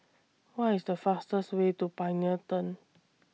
What IS The fastest Way to Pioneer Turn